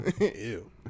Ew